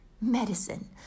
Medicine